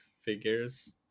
figures